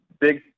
big